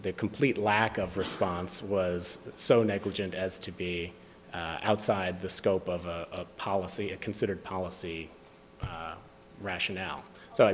e complete lack of response was so negligent as to be outside the scope of a policy a considered policy rationale so